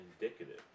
indicative